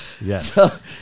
yes